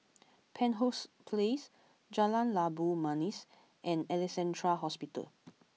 Penshurst Place Jalan Labu Manis and Alexandra Hospital